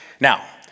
Now